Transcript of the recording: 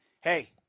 Hey